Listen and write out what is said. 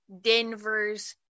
Denver's